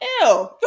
ew